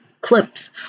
clips